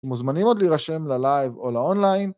‫מוזמנים עוד להירשם ללייב או לאונליין.